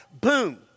boom